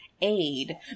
aid